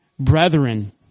brethren